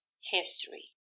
history